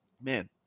Man